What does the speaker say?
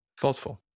thoughtful